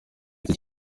tike